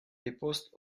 depost